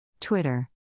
Twitter